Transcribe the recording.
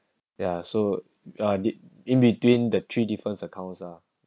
ya so did in between the three different accounts lah